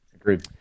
Agreed